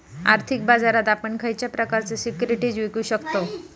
आर्थिक बाजारात आपण खयच्या प्रकारचे सिक्युरिटीज विकु शकतव?